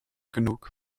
genug